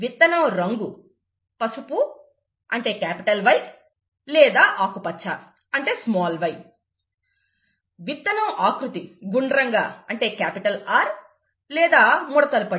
విత్తనం రంగు పసుపు లేక ఆకుపచ్చ విత్తనం ఆకృతి గుండ్రంగా లేదా ముడతలుపడి